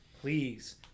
please